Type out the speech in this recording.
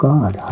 God